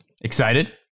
Excited